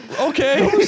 Okay